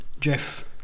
Jeff